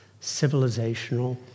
civilizational